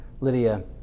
Lydia